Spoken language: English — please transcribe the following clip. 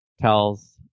tells